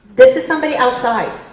this is somebody outside.